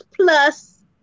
plus